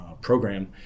program